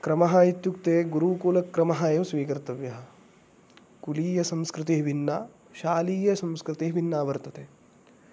क्रमः इत्युक्ते गुरूकुलक्रमः एव स्वीकर्तव्यः कुलीयसंस्कृतिः भिन्ना शालीयसंस्कृति भिन्ना वर्तते